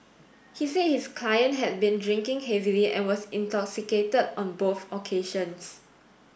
he said his client had been drinking heavily and was intoxicated on both occasions